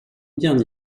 bien